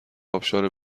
ابشار